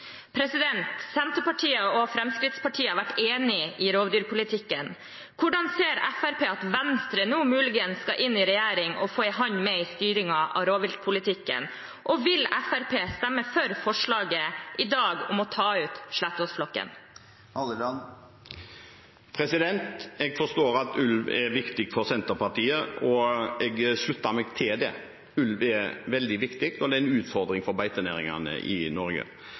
Senterpartiet og Fremskrittspartiet har vært enig i rovdyrpolitikken. Hvordan ser Fremskrittspartiet på at Venstre nå muligens skal inn i regjering og få en hånd med i styringen av rovviltpolitikken, og vil Fremskrittspartiet i dag stemme for forslaget om å ta ut Slettås-flokken? Jeg forstår at ulv er viktig for Senterpartiet, og jeg slutter meg til det. Ulv er veldig viktig og en utfordring for beitenæringene i Norge.